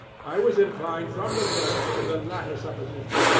i was inclined from the first to the latter supposition.